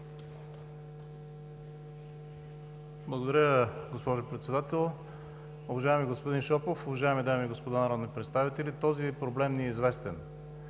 Благодаря, госпожо Председател. Уважаеми господин Шопов, уважаеми дами и господа народни представители, този проблем ни е известен.